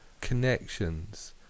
Connections